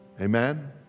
Amen